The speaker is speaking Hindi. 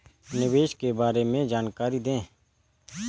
निवेश के बारे में जानकारी दें?